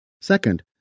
Second